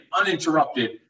uninterrupted